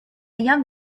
young